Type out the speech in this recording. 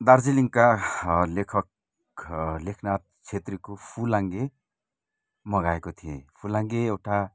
दार्जिलिङका लेखक लेखनाथ छेत्रीको फुलाङ्गे मगाएको थिएँ फुलाङ्गे एउटा